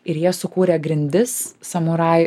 ir jie sukūrė grindis samuraj